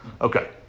Okay